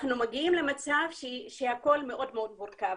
אנחנו מגיעים למצב שהכול מאוד מאוד מורכב